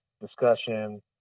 discussion